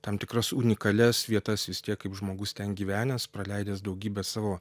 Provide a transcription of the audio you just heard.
tam tikras unikalias vietas vis tiek kaip žmogus ten gyvenęs praleidęs daugybę savo